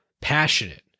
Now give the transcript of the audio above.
passionate